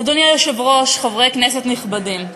אדוני היושב-ראש, חברי כנסת נכבדים,